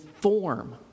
form